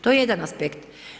To je jedan aspekt.